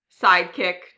sidekick